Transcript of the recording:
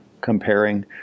comparing